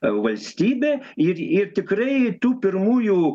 valstybė ir ir tikrai tų pirmųjų